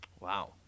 Wow